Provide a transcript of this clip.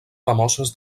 famoses